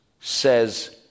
says